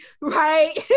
right